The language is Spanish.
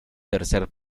tercer